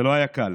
זה לא היה קל.